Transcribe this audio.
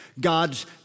God's